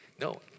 no